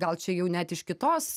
gal čia jau net iš kitos